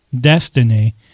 destiny